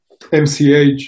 MCH